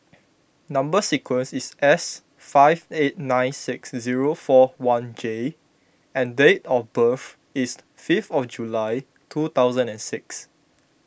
Number Sequence is S five eight nine six zero four one J and date of birth is fifth of July two thousand and six